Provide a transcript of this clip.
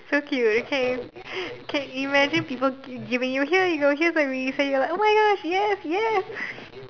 so cute okay can imagine people gi~ giving you here you go here's a Reese then you're like !oh-my-Gosh! yes yes